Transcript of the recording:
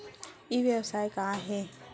ई व्यवसाय का हे?